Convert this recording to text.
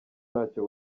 ntacyo